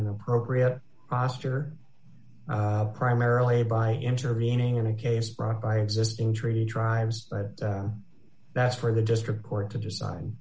an appropriate posture primarily by intervening in a case brought by existing treaty drives but that's for the district court to decide